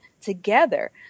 together